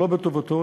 שלא בטובתו,